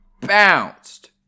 bounced